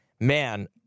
Man